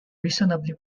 reasonably